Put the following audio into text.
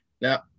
now